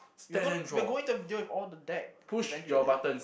we're gon~ we're going to have to deal all the deck eventually